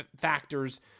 factors